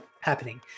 happening